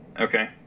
okay